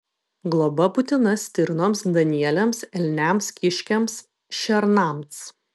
globa būtina stirnoms danieliams elniams kiškiams šernams